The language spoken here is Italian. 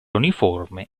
uniforme